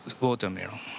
watermelon